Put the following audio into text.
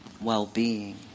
well-being